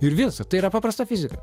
ir visa tai yra paprasta fizika